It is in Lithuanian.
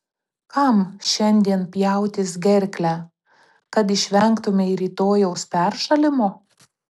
kam šiandien pjautis gerklę kad išvengtumei rytojaus peršalimo